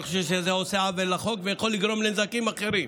אני חושב שזה עושה עוול לחוק ויכול לגרום לנזקים אחרים.